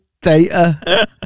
Data